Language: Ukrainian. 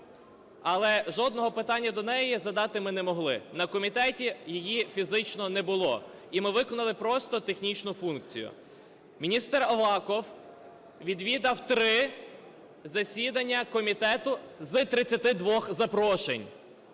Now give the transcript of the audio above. але жодного питання до неї задати ми не могли, на комітеті її фізично не було, і ми виконали просто технічну функцію. Міністр Аваков відвідав три засідання комітету з 32 запрошень.